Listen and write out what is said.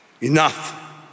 enough